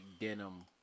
denim